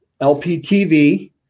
LPTV